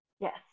Yes